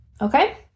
Okay